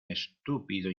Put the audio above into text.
estúpido